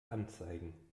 anzeigen